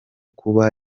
kuba